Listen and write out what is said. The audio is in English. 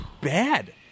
bad